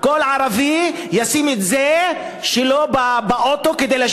כל ערבי ישים את זה באוטו שלו כל בוקר,